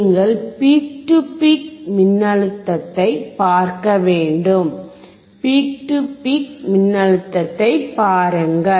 நீங்கள் peak to peak மின்னழுத்தத்தைப் பார்க்க வேண்டும் பீக் டு பீக் மின்னழுத்தத்தைப் பாருங்கள்